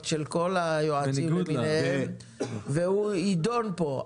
של כל היועצים למיניהם והוא יידון כאן.